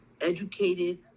educated